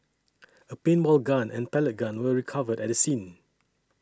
a paintball gun and pellet gun were recovered at the scene